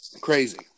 Crazy